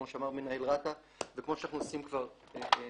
כמו שאמר מנהל רת"א וכמו שאנחנו עושים כבר שנים,